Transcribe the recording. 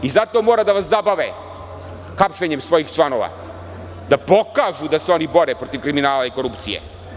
Zato mora da vas zabave hapšenjem svojih članova, da pokažu da se oni bore protiv kriminala i korupcije.